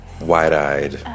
wide-eyed